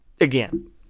again